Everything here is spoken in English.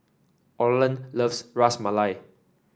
Orland loves Ras Malai